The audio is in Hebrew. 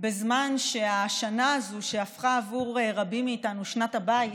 בזמן שהשנה הזו הפכה עבור רבים מאיתנו שנת הבית,